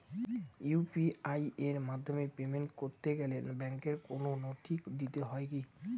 UPI এর মাধ্যমে payment করতে গেলে ব্যাংকের কোন নথি দিতে হয় কি?